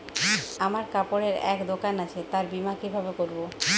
আমার কাপড়ের এক দোকান আছে তার বীমা কিভাবে করবো?